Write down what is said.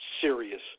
serious